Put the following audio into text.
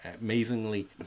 amazingly